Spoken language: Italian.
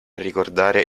ricordare